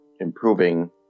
improving